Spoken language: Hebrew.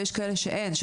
ויש כאלה שאין.